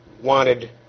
wanted